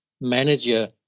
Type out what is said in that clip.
manager